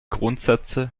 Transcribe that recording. grundsätze